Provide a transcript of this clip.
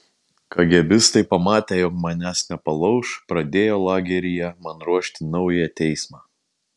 kagėbistai pamatę jog manęs nepalauš pradėjo lageryje man ruošti naują teismą